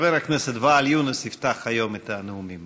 חבר הכנסת ואאל יונס יפתח היום את הנאומים.